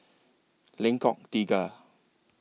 Lengkok Tiga